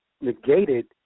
negated